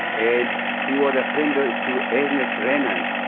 and he was a friend ah to ernest renan.